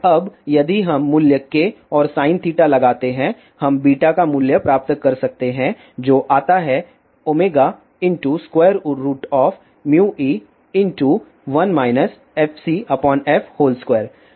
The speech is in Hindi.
अब यदि हम मूल्य k और sin लगाते हैं हम β का मूल्य प्राप्त कर सकते है जो आता हैंμϵ1 fcf2